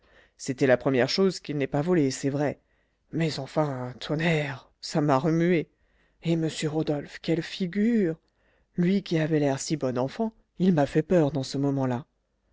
c'était la première chose qu'il n'ait pas volé c'est vrai mais enfin tonnerre ça m'a remué et m rodolphe quelle figure lui qui avait l'air si bon enfant il m'a fait peur dans ce moment-là